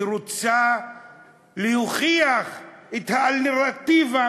היא רוצה להוכיח את האלטרנטיבה,